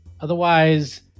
Otherwise